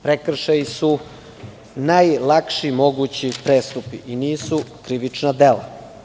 Prekršaji su najlakši mogući prestupi i nisu krivična dela.